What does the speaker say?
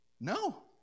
No